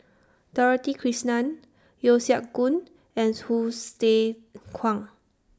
Dorothy Krishnan Yeo Siak Goon and Hsu Tse Kwang